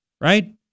Right